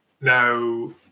now